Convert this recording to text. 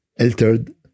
altered